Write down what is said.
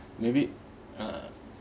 maybe ah